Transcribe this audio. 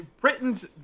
Britain's